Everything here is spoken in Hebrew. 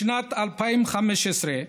בשנת 2015,